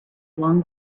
long